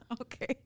Okay